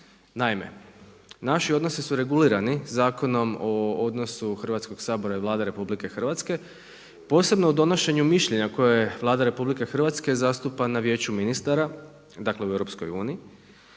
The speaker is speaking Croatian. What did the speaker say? Naime, naši odnosi su regulirani Zakonom o odnosu Hrvatskog sabora i Vlade RH posebno o donošenju mišljenja koje Vlada RH zastupa na Vijeću ministara, dakle u EU.